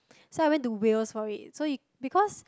so I went to Wales for it so you~ because